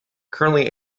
currently